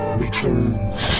returns